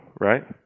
right